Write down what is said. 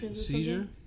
seizure